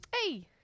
Hey